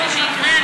כפי שיקרה.